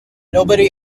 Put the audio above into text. nobody